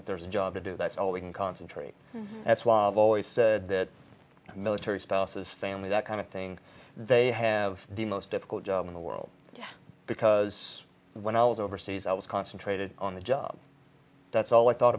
that there's a job to do that's all we can concentrate that's why i've always said that military spouses family that kind of thing they have the most difficult job in the world because when i was overseas i was concentrated on the job that's all i thought